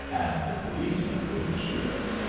and the policemen wouldn't shoot us.